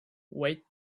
wait